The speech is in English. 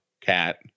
cat